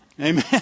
Amen